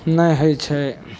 नहि होइ छै